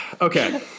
Okay